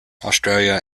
australia